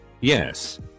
Yes